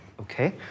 Okay